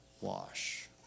wash